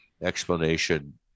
explanation